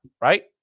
Right